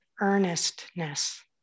earnestness